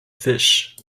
fish